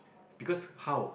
because how